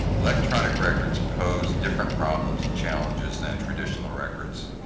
electronic records pose different problems and challenges than traditional records.